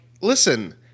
listen